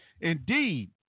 Indeed